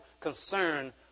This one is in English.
concern